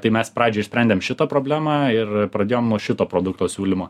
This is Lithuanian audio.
tai mes pradžioj išsprendėm šitą problemą ir pradėjom nuo šito produkto siūlymo